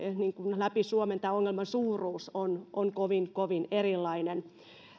läpi suomen tämä ongelman suuruus on on kovin kovin erilainen